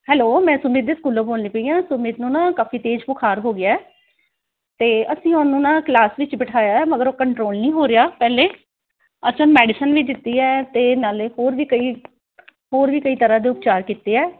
hello ਮੈਂ ਸੁਮਿਤ ਸਕੂਲੋਂ ਬੋਲਦੀ ਪਈ ਹਾਂ ਸੁਮਿਤ ਨੂੰ ਨਾ ਕਾਫ਼ੀ ਤੇਜ਼ ਬੁਖਾਰ ਹੋ ਗਿਆ ਅਤੇ ਅਸੀਂ ਉਹਨੂੰ ਨਾ ਕਲਾਸ ਵਿੱਚ ਬਿਠਾਇਆ ਹੈ ਮਗਰ ਉਹ ਕੰਟਰੋਲ ਨਹੀਂ ਹੋ ਰਿਹਾ ਪਹਿਲਾਂ ਅਸਾਂ ਮੈਡੀਸਨ ਵੀ ਦਿੱਤੀ ਹੈ ਅਤੇ ਨਾਲੇ ਹੋਰ ਵੀ ਕਈ ਹੋਰ ਵੀ ਕਈ ਤਰ੍ਹਾਂ ਦੇ ਉਪਚਾਰ ਕੀਤੇ ਆ